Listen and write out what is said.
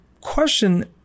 question